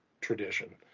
tradition